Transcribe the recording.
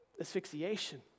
asphyxiation